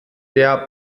der